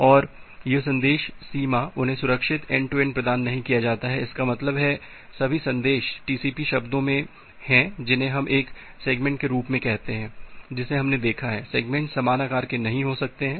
और यह संदेश सीमा उन्हें संरक्षित एन्ड टू एन्ड प्रदान नहीं किया जाता है इसका मतलब है सभी संदेश टीसीपी शब्दों में हैं जिन्हें हम एक सेगमेंट के रूप में कहते हैं जिसे हमने देखा है सेगमेंट समान आकार के नहीं हो सकते हैं